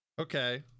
Okay